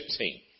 15